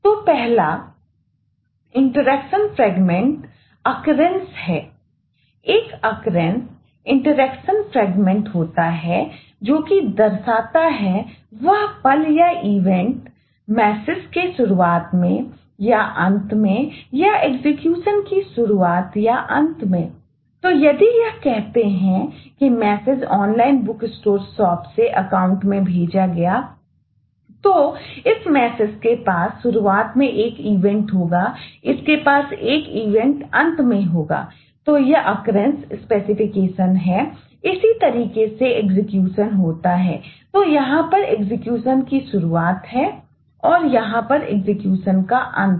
तो पहला interaction fragment अक्रेनस का अंत है